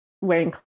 wearing